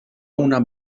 una